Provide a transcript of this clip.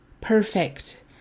perfect